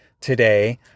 today